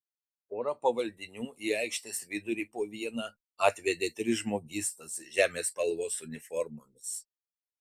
pora pavaldinių į aikštės vidurį po vieną atvedė tris žmogystas žemės spalvos uniformomis